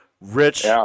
Rich